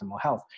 health